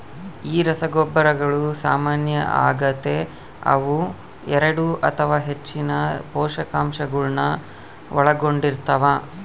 ಈ ರಸಗೊಬ್ಬರಗಳು ಸಾಮಾನ್ಯ ಆಗತೆ ಅವು ಎರಡು ಅಥವಾ ಹೆಚ್ಚಿನ ಪೋಷಕಾಂಶಗುಳ್ನ ಒಳಗೊಂಡಿರ್ತವ